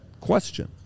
question